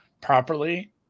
properly